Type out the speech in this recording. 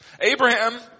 Abraham